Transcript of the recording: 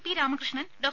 P Ramakrishnan Dr